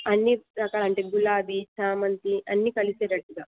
అన్నీ రకాలు అంటే గులాబీ చామంతి అన్నీ కలిసేటట్టుగా